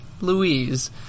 Louise